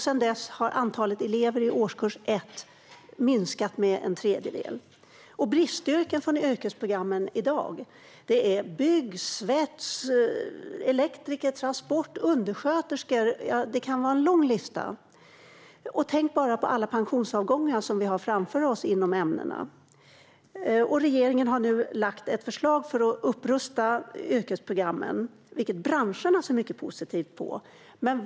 Sedan dess har antalet elever i årskurs 1 minskat med en tredjedel. Bristyrken från yrkesprogrammen i dag finns inom bygg, svets och transport, och det handlar om elektriker och undersköterskor - listan är lång. Tänk bara på alla pensionsavgångar vi har framför oss inom dessa områden! Regeringen har nu lagt fram ett förslag för att upprusta yrkesprogrammen, vilket branscherna ser mycket positivt på.